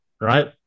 right